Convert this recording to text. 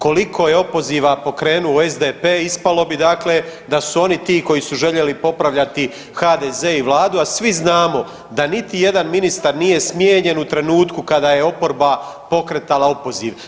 Koliko je opoziva pokrenuo SDP, ispalo bi, dakle, da su oni ti koji su željeli popravljati HDZ i Vladu, a svi znamo da niti jedan ministar nije smijenjen u trenutku kada je oporba pokretala opoziv.